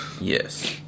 yes